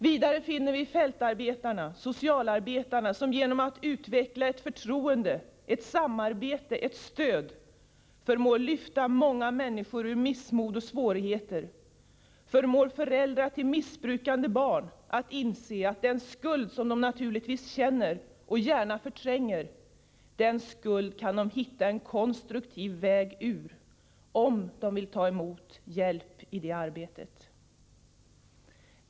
Vidare finner vi fältarbetarna — socialarbetarna — som genom att utveckla ett förtroende, ett samarbete, ett stöd, förmår lyfta många människor ur missmod och svårigheter, som förmår föräldrar till missbrukande barn att inse att den skuld som de naturligtvis känner och gärna förtränger kan de hitta en konstruktiv väg ur — om de vill ta emot hjälp i det arbetet.